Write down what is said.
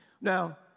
Now